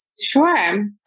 Sure